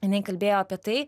jinai kalbėjo apie tai